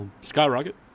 skyrocket